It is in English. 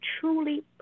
truly